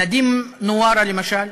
נדים נווארה למשל,